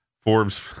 Forbes